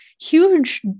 huge